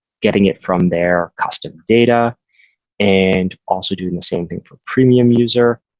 getting it from their customer data and also doing the same thing for premium user.